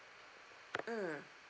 mm